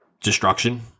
destruction